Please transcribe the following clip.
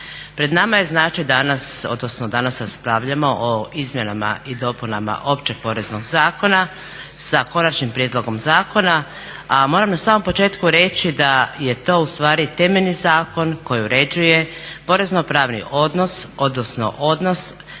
Pred nama je znači danas odnosno danas raspravljamo o izmjenama i dopunama Općeg poreznog zakona sa konačnim prijedlogom zakona, a moram na samom početku reći da je to u stvari temeljni zakon koji uređuje porezno-pravni odnos, odnosno